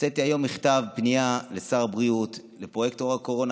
הוצאתי היום מכתב פנייה לשר הבריאות וגם לפרויקטור הקורונה.